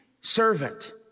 servant